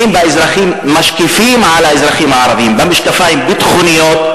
משקיפים על האזרחים הערבים במשקפיים ביטחוניים,